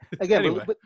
again